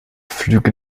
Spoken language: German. flüge